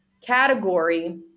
category